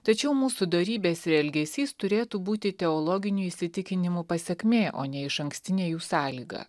tačiau mūsų dorybės ir elgesys turėtų būti teologinių įsitikinimų pasekmė o ne išankstinė jų sąlyga